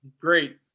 great